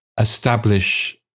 establish